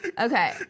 Okay